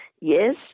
Yes